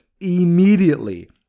immediately